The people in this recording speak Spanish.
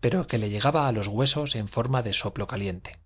pero que le llegaba a los huesos en forma de soplo caliente